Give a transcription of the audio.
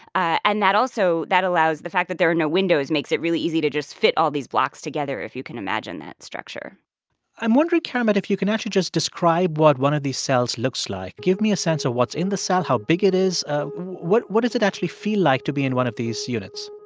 and that also that allows the fact that there are no windows makes it really easy to just fit all these blocks together, if you can imagine that structure i'm wondering, keramet, if you can actually just describe what one of these cells looks like? give me a sense of what's in the cell, how big it is. ah what does it actually feel like to be in one of these units?